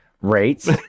rates